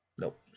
Nope